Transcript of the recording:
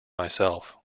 myself